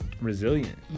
resilient